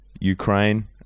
Ukraine